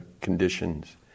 conditions